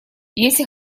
если